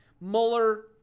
Mueller